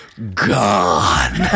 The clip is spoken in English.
gone